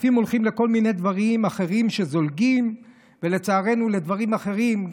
כספים הולכים לכל מיני דברים אחרים וזולגים לצערנו לדברים אחרים.